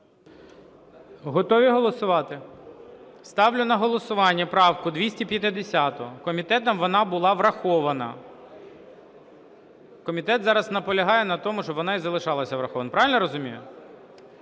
Готові голосувати? Ставлю на голосувати правку 250. Комітетом вона була врахована, комітет зараз наполягає на тому, щоб вона і залишалася врахованою. Правильно я розумію?